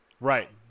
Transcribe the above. Right